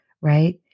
right